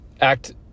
act